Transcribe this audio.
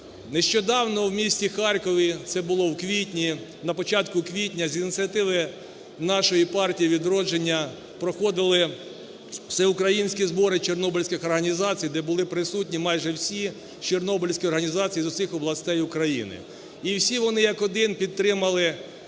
Нещодавно в місті Харкові (це було в квітні, на початку квітня) з ініціативи нашої "Партії Відродження" проходили Всеукраїнські збори чорнобильських організацій, де були присутні майже всі з чорнобильських організацій з усіх областей України. І всі вони, як один, підтримали